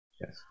Yes